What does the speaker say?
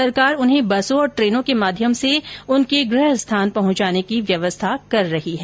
सरकार उन्हें बसों और ट्रेनों के माध्यम से उनके गृह स्थान पहुंचाने की व्यवस्था कर रही है